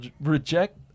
reject